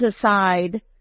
aside